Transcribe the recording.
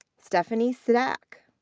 stephanie stack.